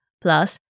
plus